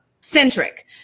Centric